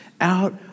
out